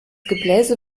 gebläse